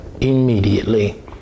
immediately